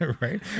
Right